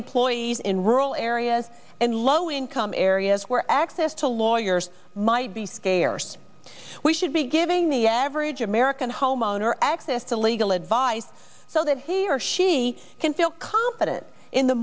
employees in rural areas and low income areas where access to lawyers might be scarce we should be giving the average american homeowner access to legal advice so that he or she can feel confident in the